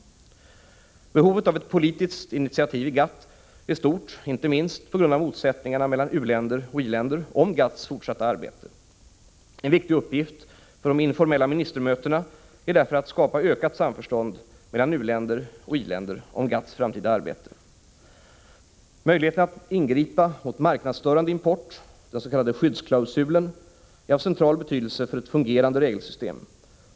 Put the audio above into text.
Behovet av ett politiskt initiativ i GATT är stort inte minst på grund av motsättningarna mellan u-länder och i-länder om GATT:s fortsatta arbete. En viktig uppgift för de informella ministermötena är därför att skapa ökat samförstånd mellan u-länder och i-länder om GATT:s framtida arbete. Möjligheten att ingripa mot marknadsstörande import — den s.k. skyddsklausulen — är av central betydelse för ett fungerande regelsystem.